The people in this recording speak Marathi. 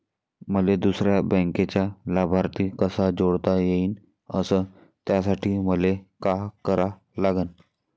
मले दुसऱ्या बँकेचा लाभार्थी कसा जोडता येईन, अस त्यासाठी मले का करा लागन?